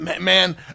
man